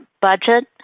Budget